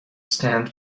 stand